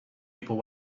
people